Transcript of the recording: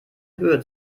höhe